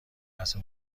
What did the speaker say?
لحظه